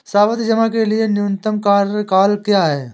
सावधि जमा के लिए न्यूनतम कार्यकाल क्या है?